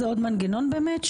זה עוד מנגנון באמת,